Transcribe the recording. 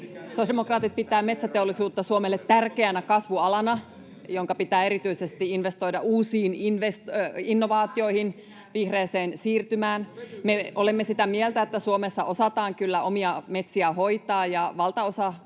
Sosiaalidemokraatit pitävät metsäteollisuutta Suomelle tärkeänä kasvualana, jonka pitää erityisesti investoida uusiin innovaatioihin, vihreään siirtymään. Me olemme sitä mieltä, että Suomessa osataan kyllä omia metsiä hoitaa, ja valtaosa